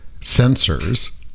sensors